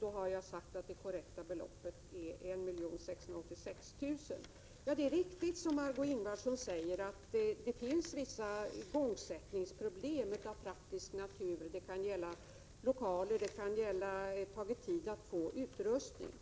Jag har sagt att det korrekta beloppet är 1 686 000 kr. Det är riktigt att det finns vissa igångsättningsproblem av praktisk natur. Det kan gälla lokaler, och det tar också tid att få utrustning.